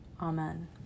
Amen